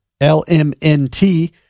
L-M-N-T